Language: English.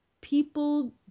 people